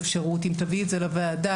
אם תביא את זה לוועדה,